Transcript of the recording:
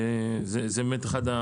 וזה באמת אחד.